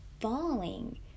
falling